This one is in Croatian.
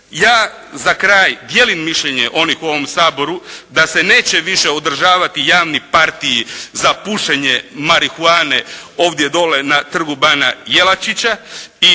Ja za kraj dijelim mišljenje onih u ovom Saboru da se neće više održavati javni partiji za pušenje marihuane ovdje dole na Trgu bana Jelačića